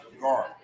guard